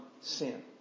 sin